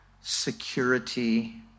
security